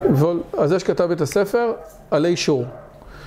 אז זה שכתב את הספר, עלי שור